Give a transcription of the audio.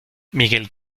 miguel